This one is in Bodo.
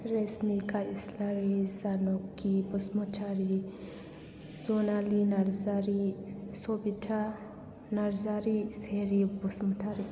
रजनिका इस्लारि जानकि बसुमतारि जनालि नार्जारि सबिथा नार्जारि सेरि बसुमतारि